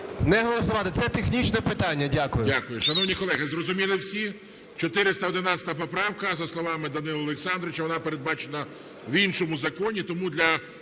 не голосувати – це технічне питання. Дякую.